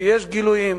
שיש גילויים.